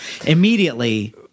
immediately